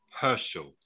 Herschel